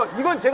but you didn't